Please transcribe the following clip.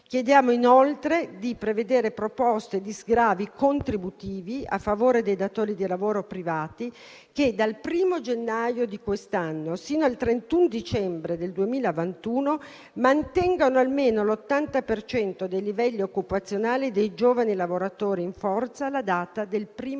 sociali; 2) a prevedere proposte di sgravi contributivi a favore dei datori di lavoro privati che dal 1° gennaio 2020 e fino al 31 dicembre 2021, mantengono almeno l'80 per cento dei livelli occupazionali dei giovani lavoratori in forza alla data del 1° febbraio